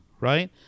right